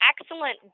excellent